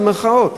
במירכאות.